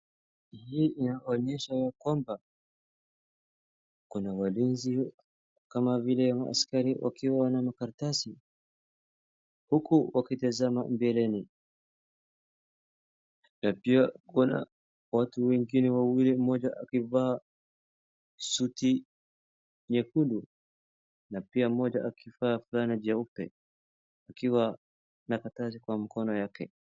Hii inaonyesha ya kwamba, kuna walinzi kama vile askari wakiwa na makaratasi huku wakitazama mbeleni. Na pia kuna watu wengine wawili, mmoja akivaa suti nyekundu na pia mmoja akivaa fulana nyeupe akiwa na karatasi kwa mkono wake.